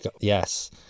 yes